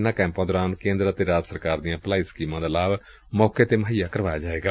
ਇਨਾਂ ਕੈਂਪਾਂ ਦੌਰਾਨ ਕੇਂਦਰ ਅਤੇ ਰਾਜ ਸਰਕਾਰ ਦੀਆਂ ਭਲਾਈ ਸਕੀਮਾਂ ਦਾ ਲਾਭ ਮੌਕੇ ਤੇ ਹੀ ਮੁਹੱਈਆ ਕਰਵਾਇਆ ਜਾਏਗਾ